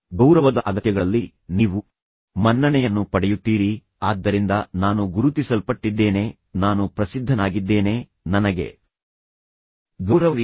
ಗೌರವದ ಅಗತ್ಯಗಳಲ್ಲಿ ನೀವು ಮನ್ನಣೆಯನ್ನು ಪಡೆಯುತ್ತೀರಿ ನೀವು ಹೇಳುತ್ತೀರಿ ನಾನು ಪರಿಚಿತನಾಗಿದ್ದೇನೆ ಜನರು ನನ್ನನ್ನು ತಿಳಿದಿದ್ದಾರೆ ಆದ್ದರಿಂದ ನಾನು ಗುರುತಿಸಲ್ಪಟ್ಟಿದ್ದೇನೆ ನಾನು ಪ್ರಸಿದ್ಧನಾಗಿದ್ದೇನೆ ಆದ್ದರಿಂದ ನನಗೆ ಗೌರವವಿದೆ